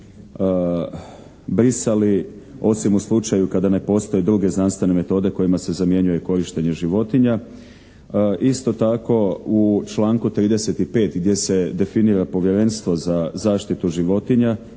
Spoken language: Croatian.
brisali osim u slučaju kada ne postoje druge znanstvene metode kojima se zamjenjuje korištenje životinja. Isto tako u članku 35. gdje se definira Povjerenstvo za zaštitu životinja